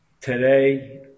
Today